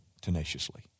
Tenaciously